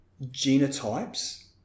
genotypes